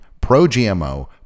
pro-gmo